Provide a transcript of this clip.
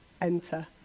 enter